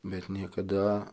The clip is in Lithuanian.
bet niekada